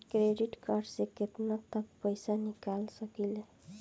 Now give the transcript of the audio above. Credit card से केतना तक पइसा निकाल सकिले?